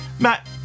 Matt